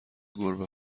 گربه